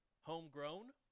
homegrown